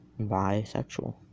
bisexual